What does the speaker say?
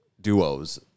duos